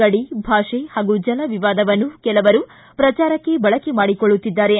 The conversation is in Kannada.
ಗಡಿ ಭಾಷೆ ಹಾಗೂ ಜಲ ವಿವಾದವನ್ನು ಕೆಲವರು ಪ್ರಚಾರಕ್ಕೆ ಬಳಕೆ ಮಾಡಿಕೊಳ್ಳುತ್ತಿದ್ದಾರೆ